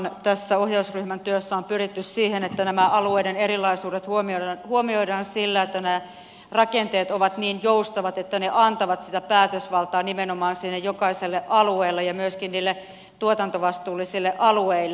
nimenomaanhan tässä ohjausryhmän työssä on pyritty siihen että alueiden erilaisuudet huomioidaan sillä että nämä rakenteet ovat niin joustavat että ne antavat päätösvaltaa nimenomaan jokaiselle alueelle ja myöskin tuotantovastuullisille alueille